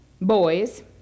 boys